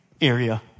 area